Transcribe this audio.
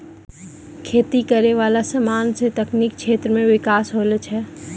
खेती करै वाला समान से तकनीकी क्षेत्र मे बिकास होलो छै